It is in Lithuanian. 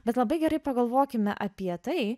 bet labai gerai pagalvokime apie tai